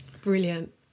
Brilliant